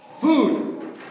Food